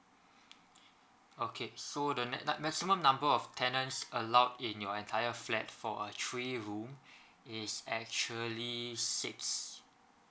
okay so the n~ maximum number of tenants allowed in your entire flat for a three room is actually six